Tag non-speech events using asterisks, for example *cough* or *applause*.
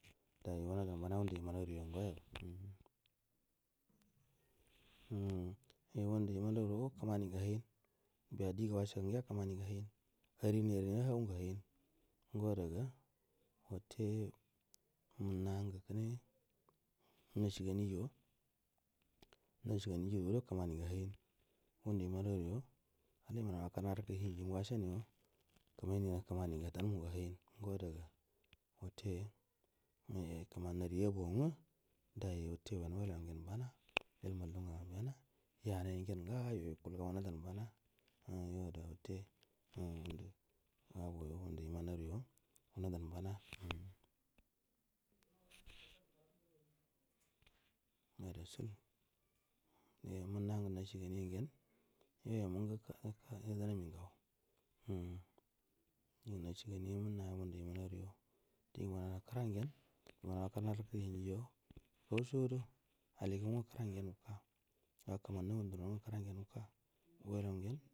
*unintelligible* iye ngundu iman aru wa go kmani ngu hayin biya diga wahe gungiya kmanin ngu hayin arini angen kmabu gu hain ngo wada ga watte munnan ngu kine nashi ganijo nashi gani guy udo kmanin gu hayin ngundu iman oruyo wanu iman nga akkan arak u ra hingi ngu washa nuyo kmaini anna kmoun ngu dan muhu hain ngo ada ga watte iye kmani nari y aba au nga dai watte ulan welau wa nger bana we lu mallam nga ngen bana yaha nai yai ngen nga ha yo yaku ga wunadan bana umm yo acla wutte umm ogoga ngund iman ara yo wuna dan bana umm ada sul ye munna ngu nashi gani yon gen yoi amun gu ye dna mi ngau umm din gu nashi ga ni a yo munna ngu du iman our yo din ga wan kran gen ima nau akkan ara kuru hingi yo gau sodo aki gau ngu kran gen wuka ga kman na uu ni duno nga kraso gaka uu lau ngen.